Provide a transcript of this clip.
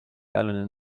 allen